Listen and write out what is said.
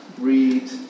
read